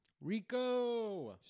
Rico